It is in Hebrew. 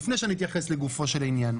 לפני שאני אתייחס לגופו של העניין.